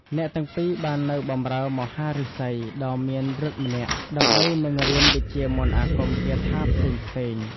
អ្នកទាំងពីរបាននៅ បម្រើមហាឫសីដ៏មានឫទ្ធិម្នាក់ ដើម្បីនឹងរៀនវិជ្ជាមន្តអាគមគាថាផ្សេងៗ។